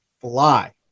fly